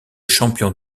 champion